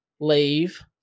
leave